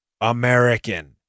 American